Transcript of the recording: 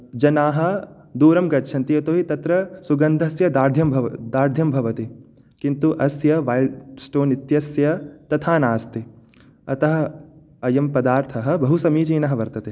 जनाः दूरं गच्छन्ति यतोहि तत्र सुगन्धस्य दाड्यं भव दाध्यं भवति किन्तु अस्य वैल्ड् स्टोन् इत्यस्य तथा नास्ति अतः अयं पदार्थः बहुसमीचीनः वर्तते